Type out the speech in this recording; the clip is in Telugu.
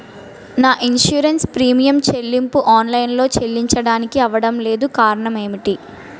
నా ఇన్సురెన్స్ ప్రీమియం చెల్లింపు ఆన్ లైన్ లో చెల్లించడానికి అవ్వడం లేదు కారణం ఏమిటి?